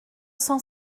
cent